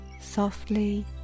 softly